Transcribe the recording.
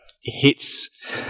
hits